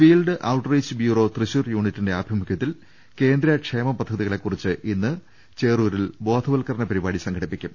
field outreach bureau Thrissur യൂണിറ്റിന്റെ ആഭിമുഖ്യ ത്തിൽ കേന്ദ്ര ക്ഷേമ പദ്ധതികളെകുറിച്ച് ഇന്ന് ചേറൂരിൽ ബോധ വൽക്കരണ പരിപാടി സംഘടിപ്പിക്കും